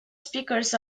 speakers